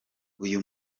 uyu